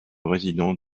résident